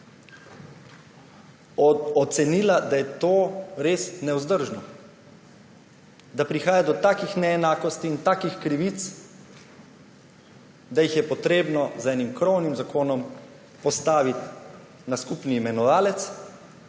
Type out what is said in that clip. ocenila − da je to res nevzdržno, da prihaja do takih neenakosti in takih krivic, da jih je treba z enim krovnim zakonom postaviti na skupni imenovalec